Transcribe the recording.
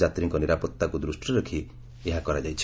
ଯାତ୍ରୀଙ୍କ ନିରାପଭାକୁ ଦୃଷ୍ଟିରେ ରଖି ଏହା କରାଯାଇଛି